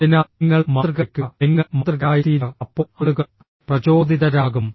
അതിനാൽ നിങ്ങൾ മാതൃക വെക്കുക നിങ്ങൾ മാതൃകയായിത്തീരുക അപ്പോൾ ആളുകൾ പ്രചോദിതരാകും